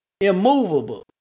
immovable